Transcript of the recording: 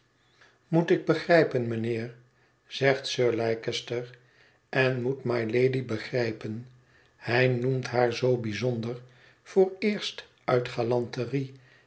moet ik begrijpen mijnheer zegt sir leicester en moet mylady begrijpen hij noemt haar zoo bijzonder vooreerst uit galanterie